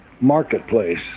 marketplace